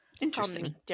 Interesting